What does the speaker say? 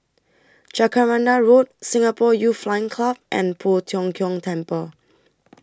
Jacaranda Road Singapore Youth Flying Club and Poh Tiong Kiong Temple